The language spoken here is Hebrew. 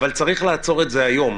אבל צריך לעצור את זה היום,